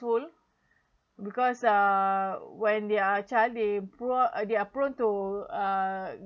because err when they are child they pro~ uh they are prone to uh